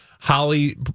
Holly